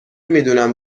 میدونم